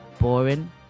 boring